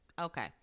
Okay